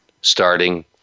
starting